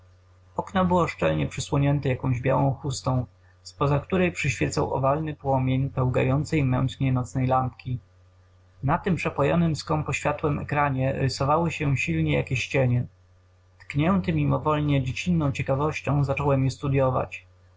okno było szczelnie przysłonięte jakąś białą chustą z poza której przyświecał owalny płomień pełgającej mętnie nocnej lampki na tym przepojonym skąpo światłem ekranie rysowały się silnie jakieś cienie tknięty mimowolnie dziecinną ciekawością zacząłem je studyować